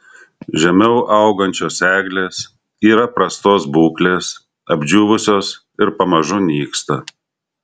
žemiau augančios eglės yra prastos būklės apdžiūvusios ir pamažu nyksta